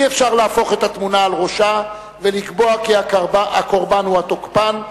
אי-אפשר להפוך את התמונה על ראשה ולקבוע כי הקורבן הוא התוקפן,